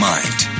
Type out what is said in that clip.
Mind